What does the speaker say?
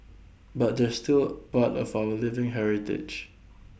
but they're still part of our living heritage